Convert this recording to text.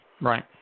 Right